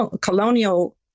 colonial